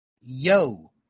Yo